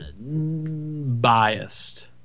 biased